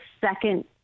second